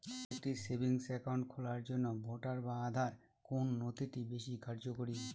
একটা savings account খোলার জন্য ভোটার বা আধার কোন নথিটি বেশী কার্যকরী?